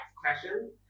question